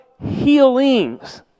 healings